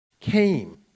came